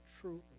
truth